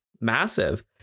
massive